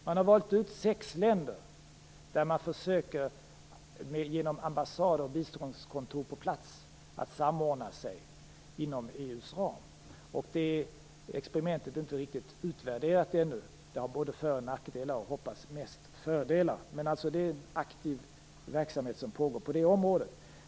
Man har valt ut sex länder där man genom ambassader och biståndskontor på plats försöker samordna sig inom EU:s ram. Det experimentet är inte riktigt utvärderat ännu. Det har både för och nackdelar, men mest fördelar hoppas jag. Det är en aktiv verksamhet som pågår på det området.